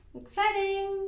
exciting